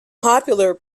popular